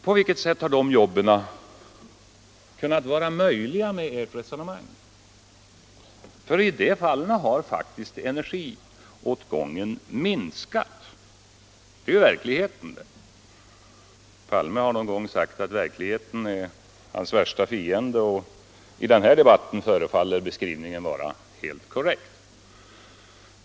På vilket sätt har de jobben kunnat bli möjliga med ert resonemang? Energiåtgången har minskat, det är ju verkligheten. Herr Palme har någon gång sagt att verkligheten är hans värsta fiende, och i den här debatten förefaller den beskrivningen vara helt korrekt.